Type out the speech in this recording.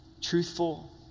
truthful